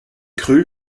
crues